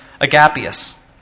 Agapius